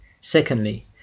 Secondly